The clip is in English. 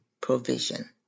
provision